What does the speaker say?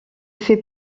fais